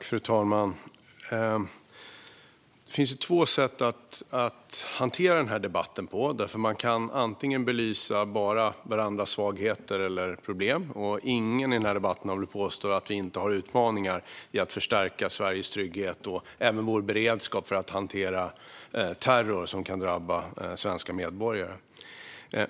Fru talman! Det finns två sätt att hantera denna debatt. Man kan välja att bara belysa varandras svagheter eller problem. Ingen påstår väl i denna debatt att vi inte har utmaningar när det gäller att förstärka Sveriges trygghet och vår beredskap att hantera terror som kan drabba svenska medborgare.